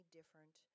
different